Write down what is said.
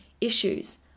issues